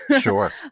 Sure